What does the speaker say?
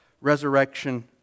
resurrection